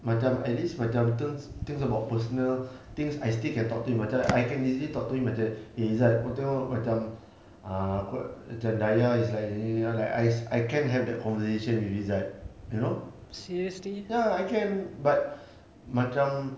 macam at least macam things things about personal things I still can talk to him macam I can easily talk to him macam eh izat kau tengok macam ah macam dayah is like s~ I I can have the conversation with izat you know ya I can but macam